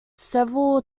several